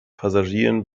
passagieren